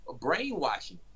brainwashing